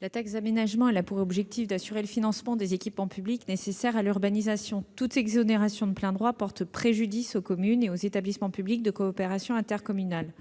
La taxe d'aménagement a pour objet d'assurer le financement des équipements publics nécessaires à l'urbanisation. Toute exonération de plein droit porte préjudice aux communes et aux établissements publics de coopération intercommunale.